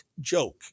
joke